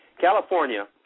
California